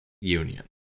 Union